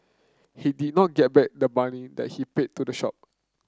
he did not get back the money that he paid to the shop